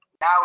Now